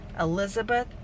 Elizabeth